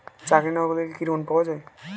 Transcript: চাকরি না করলে কি ঋণ পাওয়া যায় না?